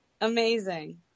Amazing